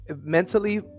mentally